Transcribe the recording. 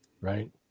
Right